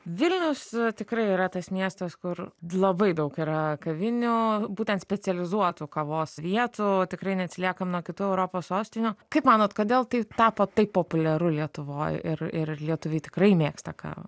vilnius tikrai yra tas miestas kur labai daug yra kavinių būtent specializuotų kavos vietų tikrai neatsiliekam nuo kitų europos sostinių kaip manot kodėl tai tapo taip populiaru lietuvoj ir ir ar lietuviai tikrai mėgsta kavą